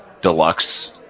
deluxe